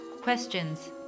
questions